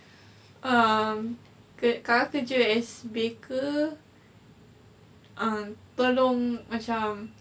um ker~ kak kerja as baker um tolong macam